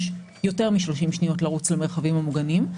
יותר מ-30 שניות לרוץ למרחבים המוגנים?